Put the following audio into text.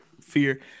fear